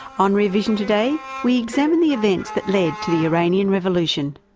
on rear vision today we examine the events that led to the iranian revolution.